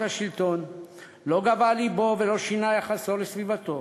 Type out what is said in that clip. השלטון לא גבה לבו ולא שונה יחסו לסביבתו.